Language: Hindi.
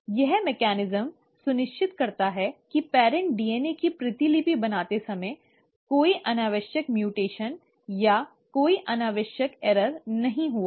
यह मेकनिज़म सुनिश्चित करता है कि पैरॅन्ट् डीएनए की प्रतिलिपि बनाते समय कोई अनावश्यक उत्परिवर्तन या कोई अनावश्यक त्रुटि नहीं हुई है